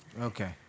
Okay